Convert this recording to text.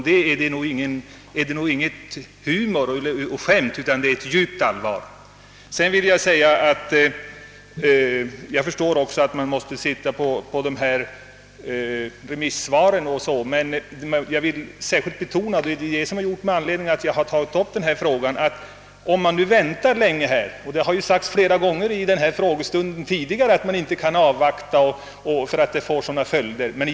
Det är alltså inte fråga om skämt, utan om djupt allvar. Jag förstår emellertid att man måste invänta remissvaren. Men om man väntar länge, kan det i detta fall verkligen bli stora skadeverkningar. Det är den saken som varit anledning till att jag tagit upp denna fråga.